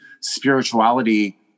spirituality